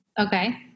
okay